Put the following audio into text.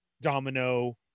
Domino